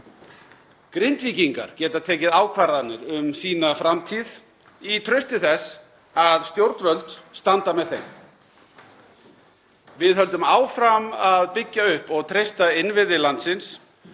Grindvíkingar geta tekið ákvarðanir um sína framtíð í trausti þess að stjórnvöld standa með þeim. Við höldum áfram að byggja upp og treysta innviði landsins